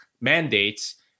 mandates